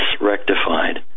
rectified